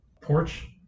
porch